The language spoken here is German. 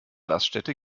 raststätte